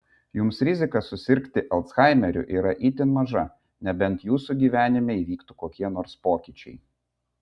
jums rizika susirgti alzhaimeriu yra itin maža nebent jūsų gyvenime įvyktų kokie nors pokyčiai